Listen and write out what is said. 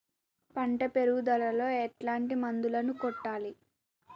పంట పెరుగుదలలో ఎట్లాంటి మందులను కొట్టాలి?